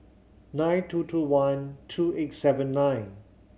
nine two two one two eight seven nine